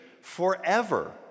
forever